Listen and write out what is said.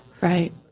Right